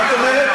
מה את אומרת?